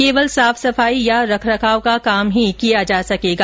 केवल साफ सफाई या रखरखाव का काम ही किया जा सकेगा